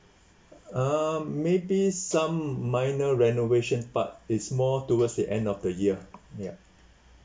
err maybe some minor renovation part is more towards the end of the year ya